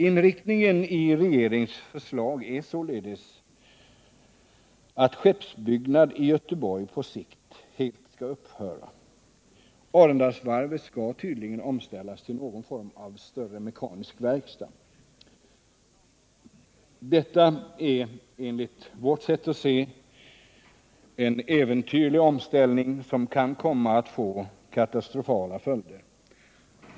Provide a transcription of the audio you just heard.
Inriktningen i regeringens förslag är således att skeppsbyggnad i Göteborg på sikt skall upphöra. Arendalsvarvet skall tydligen omställas till någon form av större mekanisk verkstad. Detta är enligt vårt sätt att se en äventyrlig omställning som kan komma att få katastrofala följder.